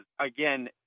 again